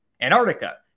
Antarctica